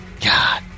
God